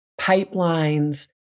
pipelines